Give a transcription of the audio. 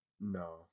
No